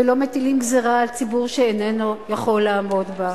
ולא מטילים גזירה על ציבור שאיננו יכול לעמוד בה.